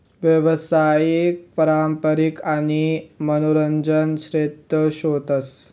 यावसायिक, पारंपारिक आणि मनोरंजन क्षेत्र शेतस